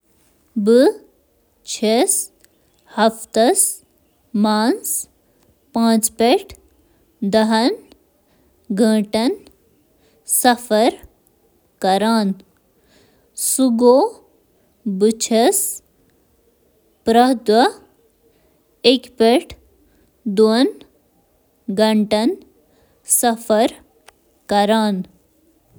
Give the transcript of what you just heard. بہٕ چھُس پرٛٮ۪تھ دۄہ 15-29 منٹ سفر کران۔ مصروف سٹی بسہٕ، ٹیکسی، رکشہ تہٕ آٹو رکشہ، شہری ٹرینہٕ تہٕ - کینٛہہ شہرن منٛز - صاف، جدید، ایئر کنڈیشنڈ میٹرو سسٹم ذریعہٕ۔